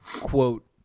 quote